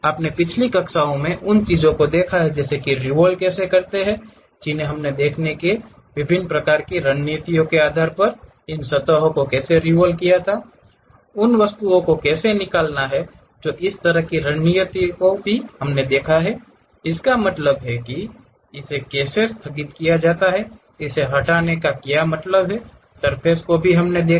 आप पिछली कक्षाओं में उन चीजों को देखा की रेवोल्वे कैसे करते हैं जिन्हें हमने देखा है कि विभिन्न प्रकार की रणनीतियों के आधार पर इन सतहों को कैसे रिवोल्व होता है उन वस्तुओं को कैसे निकालना है जो इस तरह की रणनीतियों को भी हमने देखा है इसका क्या मतलब है इसे कैसे स्थगित किया जाता है इसे हटाने का क्या मतलब है सर्फ़ेस को भी हमने देखा है